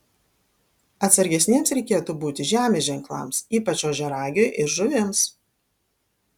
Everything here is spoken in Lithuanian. atsargesniems reikėtų būti žemės ženklams ypač ožiaragiui ir žuvims